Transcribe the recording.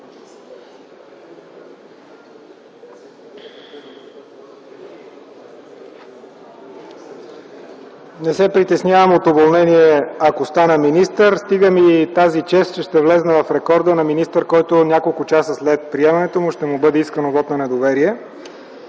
Не се притеснявам от уволнение, ако стана министър. Стига ми тази чест, че ще влезна в рекорда на министър, на който няколко часа след приемането му ще му бъде искан вот на недоверие.